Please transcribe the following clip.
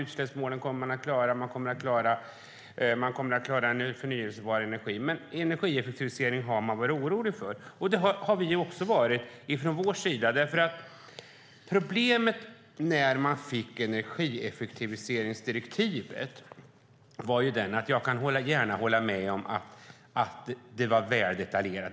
Utsläppsmålen kommer man att klara, man kommer att klara målet när det gäller förnybar energi, men energieffektiviseringen har man varit orolig för. Det har vi från vår sida också varit, därför att problemet när vi fick energieffektiviseringsdirektivet var att det var väl detaljerat. Det kan jag gärna hålla med om.